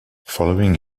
following